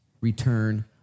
return